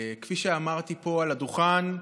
כפי שאמרתי פה על הדוכן,